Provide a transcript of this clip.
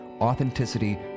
authenticity